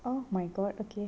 oh my god okay